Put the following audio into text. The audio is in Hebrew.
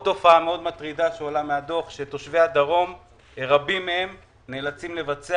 תופעה מאוד מטרידה שעולה מהדוח זה שרבים מתושבי הדרום נאלצים לבצע